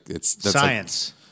Science